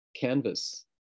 canvas